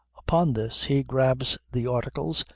upon this he grabs the articles,